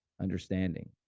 understanding